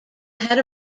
had